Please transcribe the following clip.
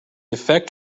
effect